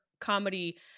comedy